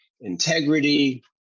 integrity